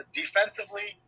defensively